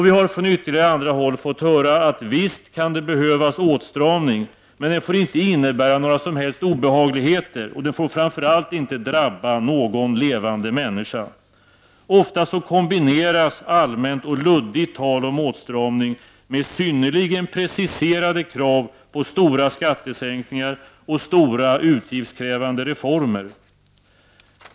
Vi har från andra håll fått höra att det visst kan behövas åtstramning, men den får inte innebära några som helst obehagligheter och framför allt inte drabba någon levande människa. Ofta kombineras allmänt och luddigt tal om åtstramning med synnerligen preciserade krav på stora skattesänkningar och stora utgiftskrävande reformer.